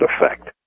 effect